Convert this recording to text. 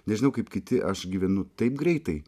nežinau kaip kiti aš gyvenu taip greitai